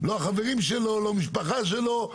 לא החברים שלו, לא המשפחה שלו.